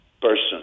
person